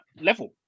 level